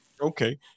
Okay